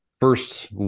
first